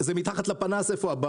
זה מתחת לפנס.